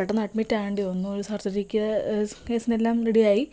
പെട്ടെന്ന് അഡ്മിറ്റ് ആകേണ്ടി വന്നു ഒരു സർജറിക്ക് സിറ്റുവേഷൻ എല്ലാം റെഡിയായി